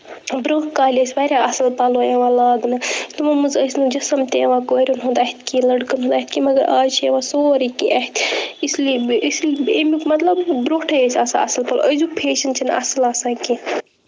برونٛہہ کالہِ ٲسۍ واریاہ اصٕل پَلَو یِوان لاگنہٕ تِمو مَنٛز ٲسۍ نہٕ جسم تہِ یِوان کورٮ۪ن ہُنٛد اتھِ کینٛہہ لڑکَن ہُنٛد اتھِ کینٛہہ مَگَر آز چھِ یِوان سورٕے کینٛہہ اتھِ اِسلیے امیُک مَطلَب بروٹھٕے ٲسۍ آسان اصٕل پلو أزیُک فیشَن چھُنہٕ اصٕل آسان کینٛہہ